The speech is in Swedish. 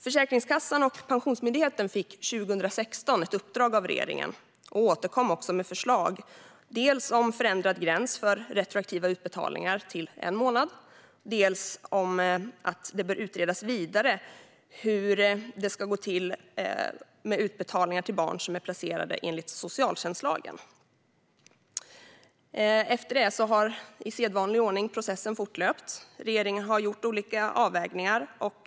Försäkringskassan och Pensionsmyndigheten fick 2016 ett uppdrag av regeringen och återkom också med förslag, dels om förändrad gräns till en månad för retroaktiva utbetalningar, dels om att det bör utredas vidare hur utbetalningar till barn som är placerade enligt socialtjänstlagen ska gå till. Efter detta har processen fortlöpt i sedvanlig ordning. Regeringen har gjort olika avvägningar.